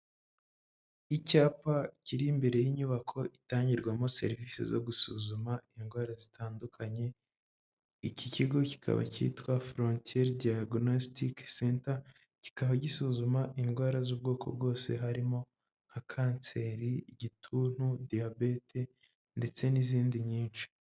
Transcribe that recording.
Icyapa kiri imbere y'inyubako itangirwamo serivisi zo gusuzuma indwara zitandukanye iki kigo kikaba cyitwa frontier diagonistic center kikaba gisuzuma indwara z'ubwoko bwose harimo nka kanseri, igituntu, diyabete ndetse n'izindi nyinshi.